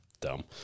dumb